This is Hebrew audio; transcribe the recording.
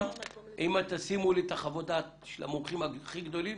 גם אם תשימו לי את חוות הדעת של המומחים הכי גדולים,